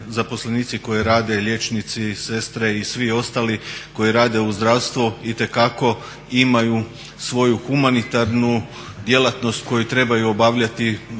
zaposlenici koji rade, liječnici, sestre, i svi ostali koji rade u zdravstvu itekako imaju svoju humanitarnu djelatnost koju trebaju obavljati